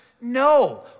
No